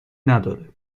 نداره